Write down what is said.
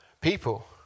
people